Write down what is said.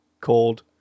called